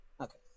Okay